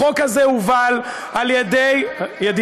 החוק הזה הובל על-ידי, ברח לכם מהידיים.